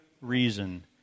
reason